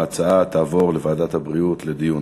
ההצעה תעבור לוועדת הבריאות לדיון.